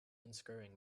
unscrewing